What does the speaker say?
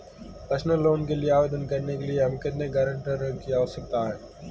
Personal loan के लिए आवेदन करने के लिए हमें कितने गारंटरों की आवश्यकता है?